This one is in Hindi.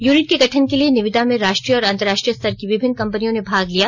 यूनिट के गठन के लिए निविदा में राष्ट्रीय और अंतरराष्ट्रीय स्तर की विभिन्न कंपनियों ने भाग लिया